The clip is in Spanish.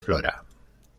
flora